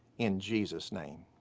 in jesus' name.